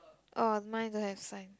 orh mine don't have sign